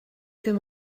ddim